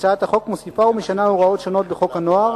הצעת החוק מוסיפה ומשנה הוראות שונות בחוק הנוער